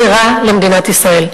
זה רע למדינת ישראל.